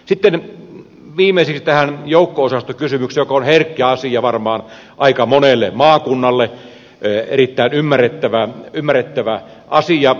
sitten viimeiseksi tähän joukko osastokysymykseen joka on herkkä asia varmaan aika monelle maakunnalle erittäin ymmärrettävä asia